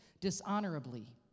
dishonorably